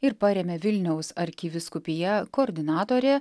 ir parėmė vilniaus arkivyskupija koordinatorė